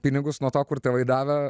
pinigus nuo to kur tėvai davė